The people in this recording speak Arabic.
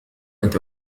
أنت